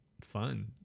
fun